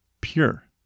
pure